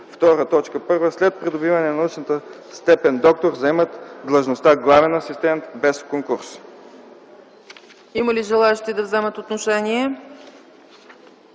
т. 1 след придобиване на научна степен „доктор” заемат длъжността „главен асистент” без конкурс.”